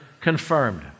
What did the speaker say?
Confirmed